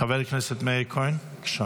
חבר הכנסת מאיר כהן, בבקשה.